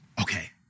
okay